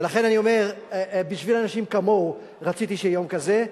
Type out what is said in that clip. לכן אני אומר שבשביל אנשים כמוהו רציתי שיהיה יום כזה.